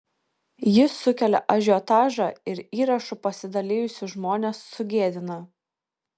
jis sukelia ažiotažą ir įrašu pasidalijusius žmones sugėdina